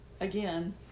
again